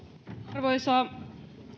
arvoisa